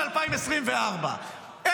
על 2024. --- להגדיל להם את השכר.